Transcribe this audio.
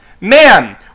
man